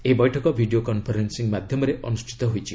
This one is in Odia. ଏହି ବୈଠକ ଭିଡ଼ିଓ କନ୍ଫରେନ୍ନିଂ ମାଧ୍ୟମରେ ଅନୁଷ୍ଠିତ ହୋଇଛି